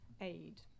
aid